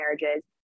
marriages